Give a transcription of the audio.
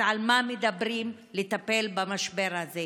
אז על מה מדברים לטפל במשבר הזה?